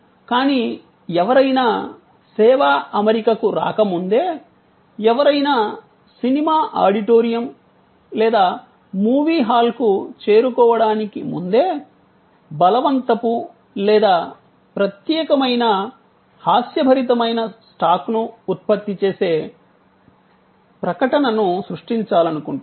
కానీ ఎవరైనా సేవా అమరికకు రాకముందే ఎవరైనా సినిమా ఆడిటోరియం లేదా మూవీ హాల్కు చేరుకోవడానికి ముందే బలవంతపు లేదా ప్రత్యేకమైన హాస్యభరితమైన స్టాక్ను ఉత్పత్తి చేసే ప్రకటనను సృష్టించాలనుకుంటున్నాము